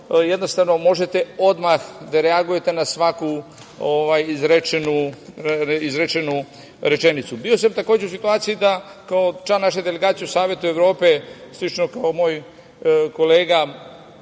jednostavno možete odmah da reagujete na svaku izrečenu rečenicu. Bio sam takođe u situaciji da kao član naše delegacije u Savetu Evrope slično kao moj kolega